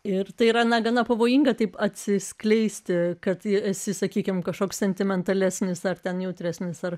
ir tai yra gana pavojinga taip atsiskleisti kad jei esi sakykime kažkoks sentimentalesnis ar ten jautresnis ar